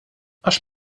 għax